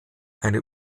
eine